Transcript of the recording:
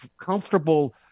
comfortable